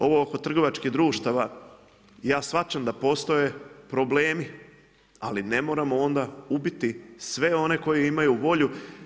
Ovo oko trgovačkih društava ja shvaćam da postoje problemi, ali ne moramo onda ubiti sve one koji imaju volju.